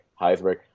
Heisberg